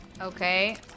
Okay